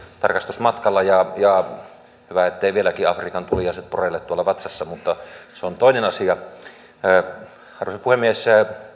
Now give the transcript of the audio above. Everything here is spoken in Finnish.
tarkastusmatkalla hyvä etteivät vieläkin afrikan tuliaiset poreile tuolla vatsassa mutta se on toinen asia arvoisa puhemies